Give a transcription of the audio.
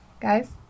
guys